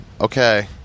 okay